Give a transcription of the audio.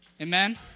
Amen